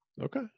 Okay